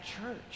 church